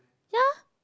ya